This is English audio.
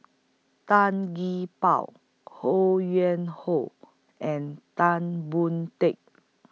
Tan Gee Paw Ho Yuen Hoe and Tan Boon Teik